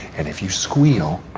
and if you squeal.